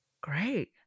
Great